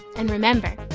and remember,